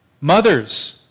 mothers